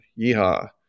Yeehaw